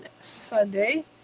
Sunday